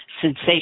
sensation